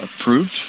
approved